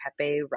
pepe